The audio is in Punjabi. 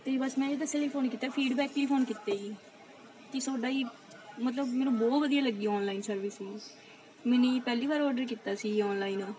ਅਤੇ ਮੈਂ ਬਸ ਇਹ ਦੱਸਣ ਲਈ ਫੋਨ ਕੀਤਾ ਫੀਡਬੈਕ ਲਈ ਫੋਨ ਕੀਤਾ ਜੀ ਕਿ ਤੁਹਾਡਾ ਜੀ ਮਤਲਬ ਮੈਨੂੰ ਬਹੁਤ ਵਧੀਆ ਲੱਗੀ ਔਨਲਾਈਨ ਸਰਵਿਸ ਜੀ ਮੈਨੇ ਪਹਿਲੀ ਵਾਰ ਆਰਡਰ ਕੀਤਾ ਸੀ ਔਨਲਾਈਨ